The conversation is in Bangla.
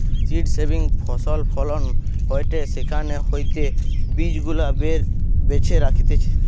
সীড সেভিং ফসল ফলন হয়টে সেখান হইতে বীজ গুলা বেছে রাখতিছে